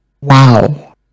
Wow